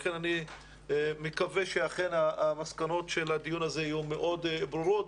לכן אני מקווה שהמסקנות של הדיון הזה יהיו מאוד ברורות,